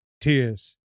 tears